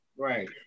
Right